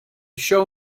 show